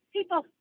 People